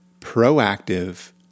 proactive